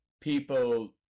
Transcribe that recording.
people